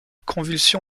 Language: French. convulsion